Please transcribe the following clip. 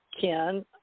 Ken